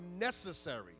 necessary